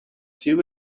tiu